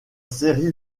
série